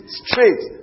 straight